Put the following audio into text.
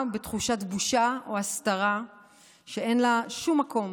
בתחושת בושה או הסתרה שאין לה שום מקום